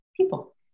people